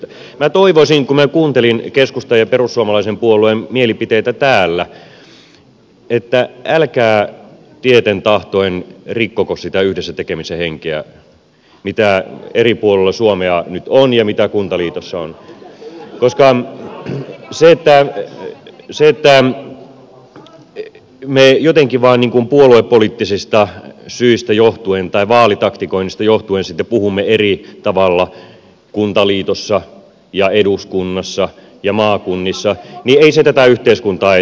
minä toivoisin kun kuuntelin keskustan ja perussuomalaisen puolueen mielipiteitä täällä että älkää tieten tahtoen rikkoko sitä yhdessä tekemisen henkeä mitä eri puolilla suomea nyt on ja mitä kuntaliitossa on koska se että me jotenkin vain niin kuin puoluepoliittisista syistä johtuen tai vaalitaktikoinnista johtuen sitten puhumme eri tavalla kuntaliitossa ja eduskunnassa ja maakunnissa ei tätä yhteiskuntaa eteenpäin vie